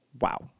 Wow